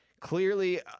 clearly